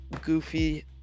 goofy